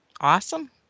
awesome